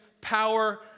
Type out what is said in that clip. power